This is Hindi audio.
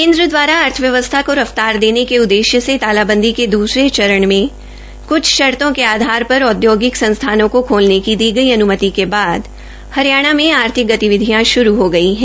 केन्द्र दवारा अर्थव्यवस्था को रफ्तार देने के उददेश्य से तालाबंदी के दूसरे चरण में कुछ शर्तो के आधार प्रर औद्योगिक संस्थानों को खोलने की दी गई अन्मति के बाद हरियाणा मे आर्थिक गतिविधियां श्रू हो गई है